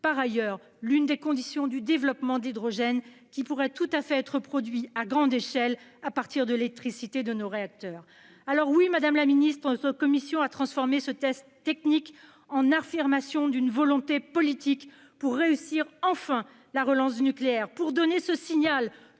par ailleurs, l'une des conditions du développement de l'hydrogène, qui pourrait être produit à grande échelle à partir de l'électricité de nos réacteurs. Oui, madame la ministre, notre commission a transformé ce texte technique en affirmation d'une volonté politique pour réussir enfin la relance de l'énergie nucléaire, pour donner ce signal